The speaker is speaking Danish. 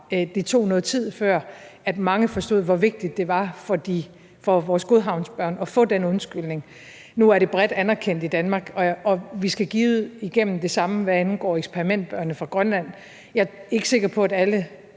det tog noget tid, før mange forstod, hvor vigtigt det var for vores godhavnsbørn at få den undskyldning. Nu er det bredt anerkendt i Danmark, men vi skal givetvis igennem det samme, hvad angår eksperimentbørnene fra Grønland. Jeg er ikke sikker på, at alle